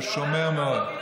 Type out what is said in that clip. אז הוא שומר מאוד.